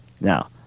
now